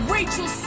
Rachel